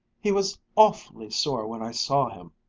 he was awfully sore when i saw him.